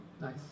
Nice